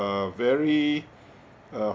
uh very uh